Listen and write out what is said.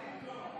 ואם לא?